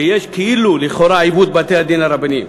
שיש כאילו לכאורה עיוות בבתי-הדין הרבניים.